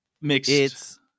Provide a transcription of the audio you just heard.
mixed